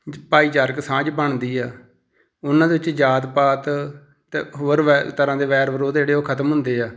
ਜ ਭਾਈਚਾਰਕ ਸਾਂਝ ਬਣਦੀ ਆ ਉਹਨਾਂ ਦੇ ਵਿੱਚ ਜਾਤ ਪਾਤ ਅਤੇ ਹੋਰ ਵੈ ਤਰ੍ਹਾਂ ਦੇ ਵੈਰ ਵਿਰੋਧ ਜਿਹੜੇ ਉਹ ਖ਼ਤਮ ਹੁੰਦੇ ਆ